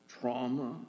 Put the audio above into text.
trauma